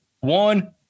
one